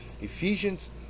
Ephesians